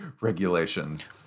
regulations